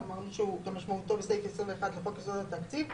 אמרנו שהוא כמשמעותו בסעיף 21 לחוק יסודות התקציב,